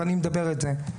ואני מדבר את זה,